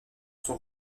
son